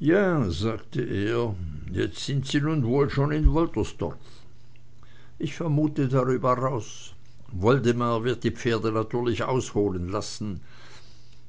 ja sagte er jetzt sind sie nun wohl schon in woltersdorf ich vermute drüber raus woldemar wird die pferde natürlich ausholen lassen